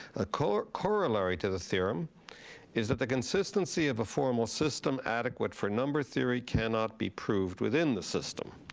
ah corollary corollary to the theorem is that the consistency of a formal system adequate for number theory cannot be proved within the system.